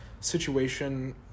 situation